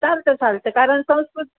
चालतं चालतं कारण संस्कृत